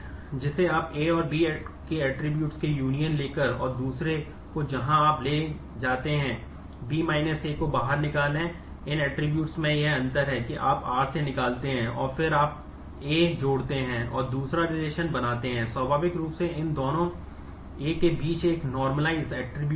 तो A → A B जो पूरे R1 का है